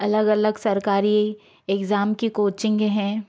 अलग अलग सरकारी एग्जाम की कोचिंगें हैं